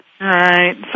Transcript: Right